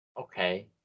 Okay